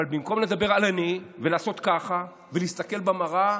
אבל במקום לדבר על "אני" ולעשות ככה ולהסתכל במראה,